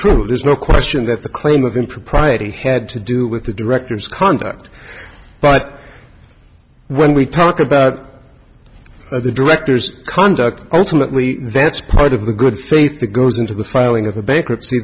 true there's no question that the claim of impropriety had to do with the directors conduct but when we talk about the director's conduct ultimately that's part of the good faith that goes into the filing of a bankruptcy